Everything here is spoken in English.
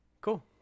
Cool